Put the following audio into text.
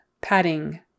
Padding